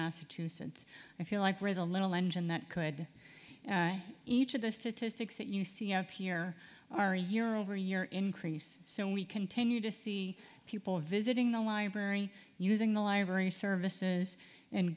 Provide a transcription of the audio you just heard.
massachusetts i feel like we're the little engine that could each of the statistics that you see out here are a year over year increase so we continue to see people visiting the library using the library services